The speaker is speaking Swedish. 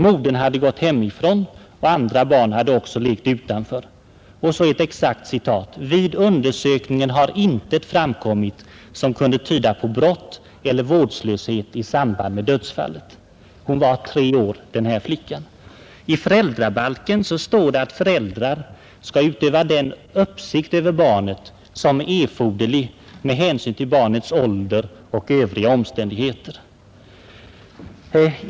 Modern hade gått hemifrån och därvid sett att flicken lekt intill bostadshuset. Även en del andra barn hade lekt där. Och så ett exakt citat: ”Vid undersökningen har intet framkommit som kunde tyda på brott eller vårdslöshet i samband med dödsfallet.” Hon var tre år den här flickan. I föräldrabalken står att ”föräldrar skola utöva den uppsikt över barnet som är erforderlig med hänsyn till barnets ålder, och övriga omständigheter”.